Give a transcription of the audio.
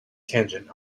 tangent